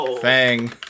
Fang